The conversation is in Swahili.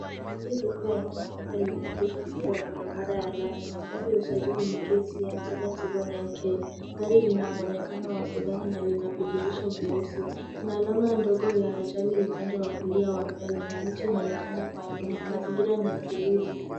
Gari jeupe aina ya Honda limeegeshwa kando ya barabara ya lami. Nambari ya usajili ni KCN 709K. Gari lina mwonekano wa sedani na lina vidirisha vyeusi. Kuna alama ndogo ya ajali upande wa kulia wa mbele na miti inaonekana nyuma. Mazingira ni ya tulivu.